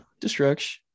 destruction